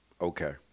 Okay